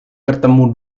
bertemu